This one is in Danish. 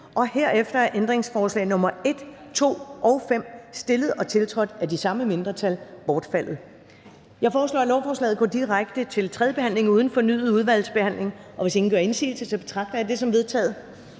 Herefter er ændringsforslag nr. 1, 2 og 5, stillet og tiltrådt af de samme mindretal, bortfaldet. Jeg foreslår, at lovforslaget går direkte til tredje behandling uden fornyet udvalgsbehandling. Hvis ingen gør indsigelse, betragter jeg det som vedtaget.